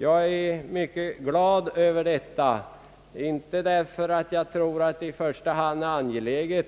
Jag är mycket glad över detta, inte därför att jag tror att en sådan i första hand är angelägen